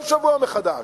כל שבוע מחדש.